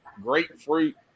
Grapefruit